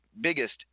Biggest